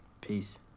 Peace